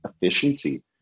efficiency